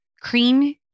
cream